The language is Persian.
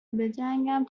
بجنگم